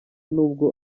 nubwo